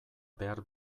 behar